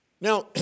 Now